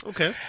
Okay